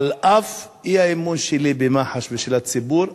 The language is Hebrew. על אף האי-אמון שלי ושל הציבור במח"ש,